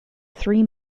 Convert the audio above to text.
three